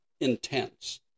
intense